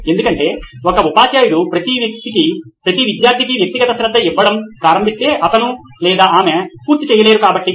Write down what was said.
ఎందుకంటే ఒక ఉపాధ్యాయుడు ప్రతి విద్యార్థికి వ్యక్తిగత శ్రద్ధ ఇవ్వడం ప్రారంభిస్తే అతను లేదా ఆమె పూర్తి చేయలేరు కాబట్టి